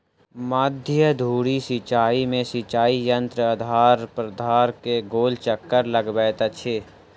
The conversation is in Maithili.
मध्य धुरी सिचाई में सिचाई यंत्र आधार प्राधार के गोल चक्कर लगबैत अछि